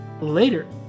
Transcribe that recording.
later